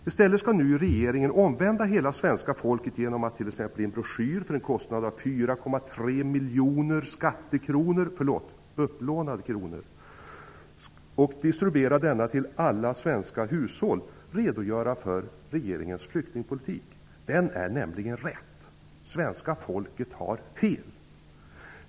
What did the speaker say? I stället skall nu regeringen omvända hela svenska folket genom att i en broschyr -- för en kostnad av 4,3 som distribueras till alla svenska hushåll redogöra för regeringens flyktingpolitik. Den är nämligen rätt. Svenska folket har fel!